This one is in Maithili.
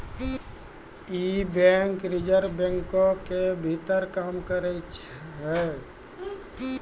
इ बैंक रिजर्व बैंको के भीतर काम करै छै